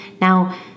Now